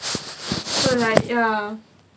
so like ya